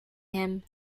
him